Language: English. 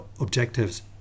objectives